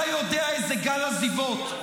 אתה יודע איזה גל עזיבות,